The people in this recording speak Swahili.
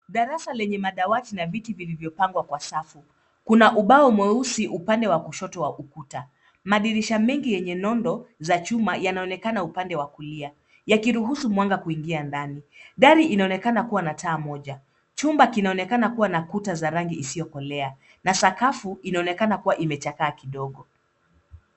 Darasa lenye madawati na viti vilivyopangwa kwa safu. Kuna ubao mweusi upande wa kushoto wa ukuta. Madirisha mengi yenye nondo za chuma yanaonekana upande wa kulia yakiruhusu mwanga kuingia ndani. Dari inaonekana kuwa na taa moja. Chumba kinaonekana kuwa na kuta za rangi isiyokolea na sakafu inaonekana kuwa imechakaa kidogo.